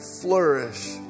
flourish